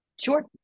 Sure